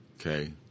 Okay